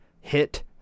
hit